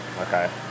Okay